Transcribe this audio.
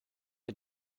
mit